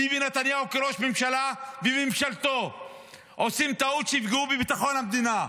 ביבי נתניהו כראש ממשלה וממשלתו עושים טעות ויפגעו בביטחון המדינה,